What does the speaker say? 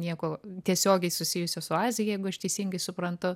nieko tiesiogiai susijusio su azija jeigu aš teisingai suprantu